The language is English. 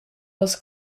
was